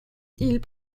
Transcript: ils